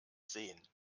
sehen